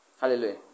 Hallelujah